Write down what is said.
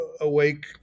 awake